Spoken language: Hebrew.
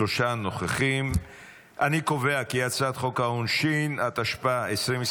אני קובע כי הצעת חוק העונשין, התשפ"ה 2024,